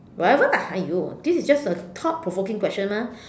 whatever lah !aiyo! this is just a thought provoking question mah